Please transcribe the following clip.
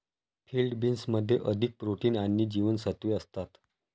field बीन्समध्ये अधिक protein आणि जीवनसत्त्वे असतात